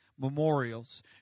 memorials